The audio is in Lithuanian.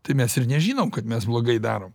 tai mes ir nežinom kad mes blogai darom